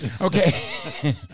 okay